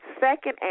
second